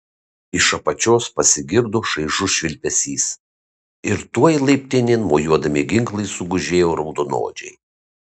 iš apačios pasigirdo šaižus švilpesys ir tuoj laiptinėn mojuodami ginklais sugužėjo raudonodžiai